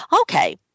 Okay